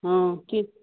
ହଁ କିଏ